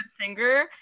singer